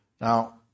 Now